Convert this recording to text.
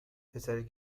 پسری